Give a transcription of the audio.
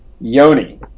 Yoni